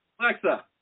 Alexa